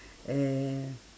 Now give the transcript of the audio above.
and